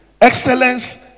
Excellence